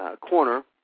corner